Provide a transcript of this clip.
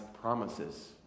promises